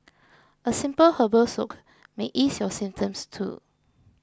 a simple herbal soak may ease your symptoms too